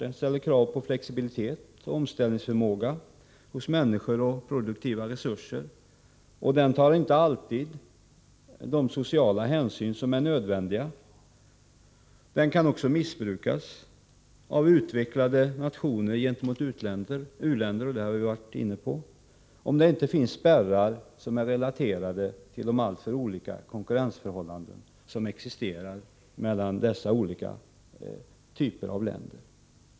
Det ställer krav på flexibilitet och omställningsförmåga hos människor och produktiva resurser, och den tar inte alltid de sociala hänsyn som är nödvändiga. Den kan också missbrukas av utvecklade nationer gentemot u-länder, och det har vi varit inne på, om det inte finns spärrar som är relaterade till de alltför olika konkurrensförhållanden som råder mellan olika typer av länder.